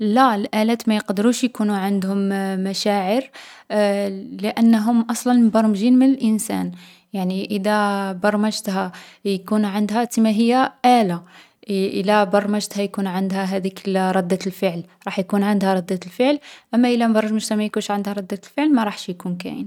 لا، اللآلات ما يقدروش يكونو عندهم مـ مشاعر لأنهم أصلا مبرمجين من الانسان. يعني إذا برمجتها يكون عندها تسما هي آلة، إِ إلا برمجتها يكون عندها هاذيك ردة الـ الفعل راح يكون عندها ردة الفعل أما إلا برمجتها ما يكونش عندها ردة الفعل ماراحش يكون كاين.